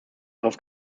darauf